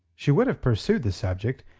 she would have pursued the subject,